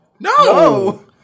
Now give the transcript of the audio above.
no